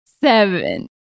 Seven